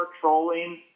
trolling